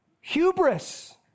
Hubris